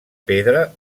pedra